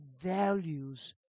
values